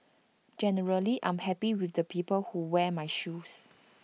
generally I'm happy with the people who wear my shoes